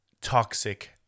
toxic